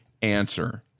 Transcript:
answer